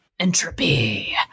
Entropy